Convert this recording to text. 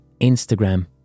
Instagram